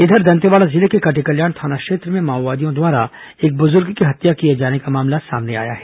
इधर दंतेवाड़ा जिले के कटेकल्याण थाना क्षेत्र में माओवादियों द्वारा एक बुजुर्ग की हत्या किए जाने का मामला सामने आया है